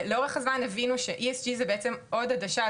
לאורך הזמן הבינו ש-ESG זו בעצם עוד עדשה,